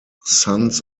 sons